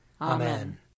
Amen